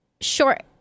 short